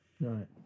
Right